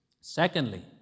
Secondly